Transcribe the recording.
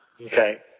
Okay